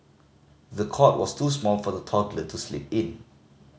the cot was too small for the toddler to sleep in